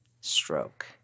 stroke